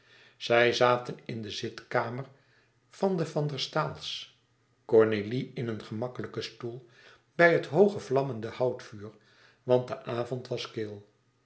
zij zaten in de zitkamer van de van der staals cornélie in een gemakkelijken stoel bij het hooge vlammende houtvuur want de avond was kil